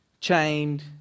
chained